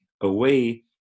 away